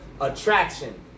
Attraction